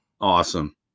Awesome